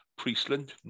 Priestland